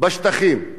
בשטחים.